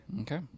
Okay